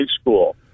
school